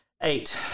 Eight